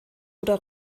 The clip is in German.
oder